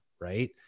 Right